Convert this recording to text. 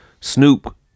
Snoop